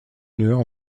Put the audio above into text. lueur